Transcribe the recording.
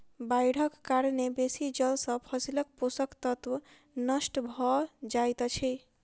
बाइढ़क कारणेँ बेसी जल सॅ फसीलक पोषक तत्व नष्ट भअ जाइत अछि